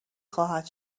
خواهد